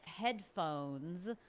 headphones